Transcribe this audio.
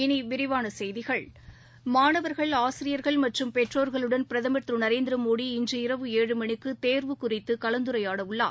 இனிவிரிவானசெய்திகள் மாணவா்கள் ஆசிரியா்கள் மற்றும் பெற்றோா்களுடன் பிரதமா் திருநரேந்திரமோடி இன்று இரவு ஏழு மணிக்குதேர்வு குறித்துகலந்துரையாடவுள்ளார்